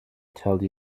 tell